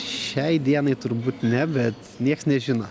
šiai dienai turbūt ne bet nieks nežino